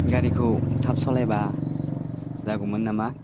गारिखौ थाब सालायबा जागौमोन नामा